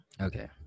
okay